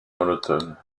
monotone